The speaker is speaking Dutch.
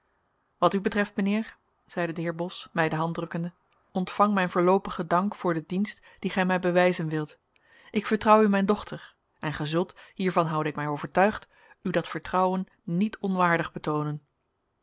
wat u betreft mijnheer zeide de heer bos mij de hand drukkende ontvang mijn voorloopigen dank voor den dienst dien gij mij bewijzen wilt ik vertrouw u mijn dochter en gij zult hiervan houde ik mij overtuigd u dat vertrouwen niet onwaardig betoonen